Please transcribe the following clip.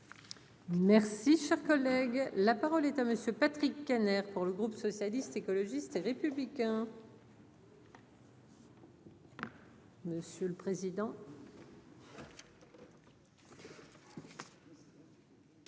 Merci, cher collègue, la parole est à monsieur Patrick Kanner pour le groupe socialiste, écologiste et républicain. Monsieur le président.